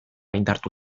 indartu